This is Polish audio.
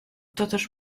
toteż